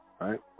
Right